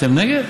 אתם נגד?